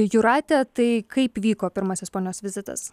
jūrate tai kaip vyko pirmasis ponios vizitas